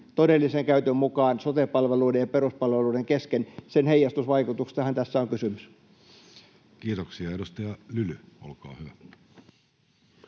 todellisen käytön mukaan sote-palveluiden ja peruspalveluiden kesken — sen heijastusvaikutuksestahan tässä on kysymys. Kiitoksia. — Edustaja Lyly, olkaa hyvä.